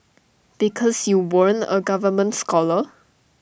because you weren't A government scholar